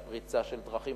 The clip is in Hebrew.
יש פריצה של דרכים,